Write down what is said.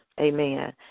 amen